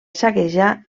saquejar